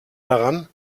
daran